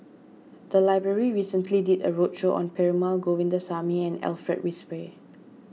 the library recently did a roadshow on Perumal Govindaswamy and Alfred Frisby